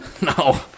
No